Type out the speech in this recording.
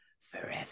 forever